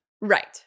Right